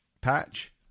patch